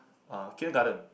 uh kindergarten